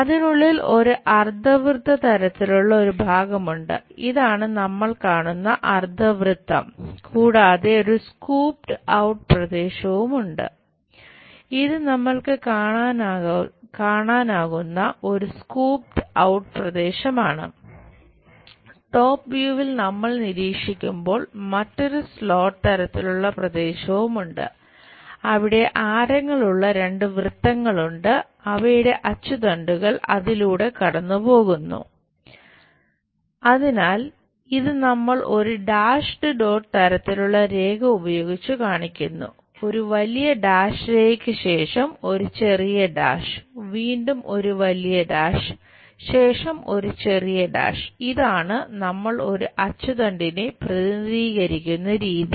അതിനുള്ളിൽ ഒരു അർദ്ധവൃത്ത അതിലൂടെ കടന്നുപോകുന്നു അതിനാൽ ഇത് നമ്മൾ ഒരു ഡാഷ് ഡോട്ട് പ്രതിനിധീകരിക്കുന്ന രീതി